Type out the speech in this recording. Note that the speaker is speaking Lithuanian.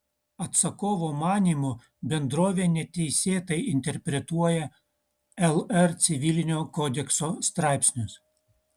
atsakovo manymu bendrovė neteisėtai interpretuoja lr civilinio kodekso straipsnius